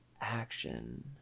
Action